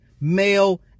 male